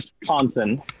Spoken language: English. Wisconsin